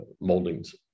moldings